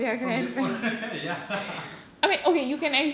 from their own ya